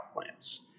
plants